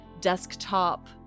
desktop